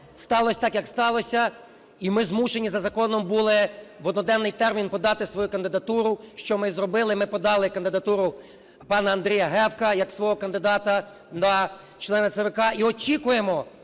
сталось так, як сталося. І ми змушені за законом були в одноденний термін подати свою кандидатуру, що ми і зробили. Ми подали кандидатуру пана Андрія Гевка як свого кандидата на члена ЦВК. І очікуємо